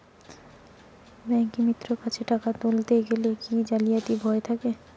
ব্যাঙ্কিমিত্র কাছে টাকা তুলতে গেলে কি জালিয়াতির ভয় থাকে?